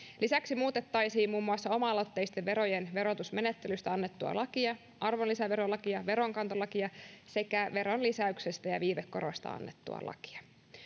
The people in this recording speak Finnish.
lisäksi muutettaisiin muun muassa oma aloitteisten verojen verotusmenettelystä annettua lakia arvonlisäverolakia veronkantolakia sekä veronlisäyksestä ja viivekorosta annettua lakia